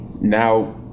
Now